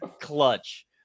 Clutch